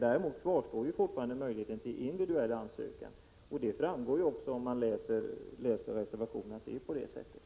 Däremot kvarstår fortfarande möjligheten till individuell ansökan. Det framgår också av reservationen att det är på det sättet.